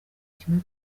kimwe